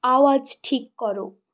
আওয়াজ ঠিক কর